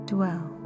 Dwell